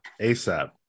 ASAP